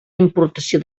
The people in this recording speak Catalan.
importació